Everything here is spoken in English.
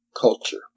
culture